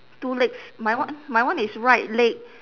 two legs my one my one is right leg